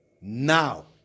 now